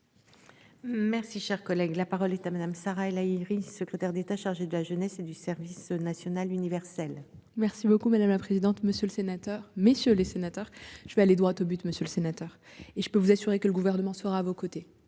Merci, cher collègue, la parole est à madame Sarah El Haïry, secrétaire d'État chargée de la jeunesse et du service national universel. Merci beaucoup madame la présidente, monsieur le sénateur, messieurs les sénateurs. Je vais aller droit au but. Monsieur le sénateur, et je peux vous assurer que le gouvernement soir à vos côtés